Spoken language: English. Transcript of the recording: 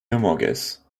limoges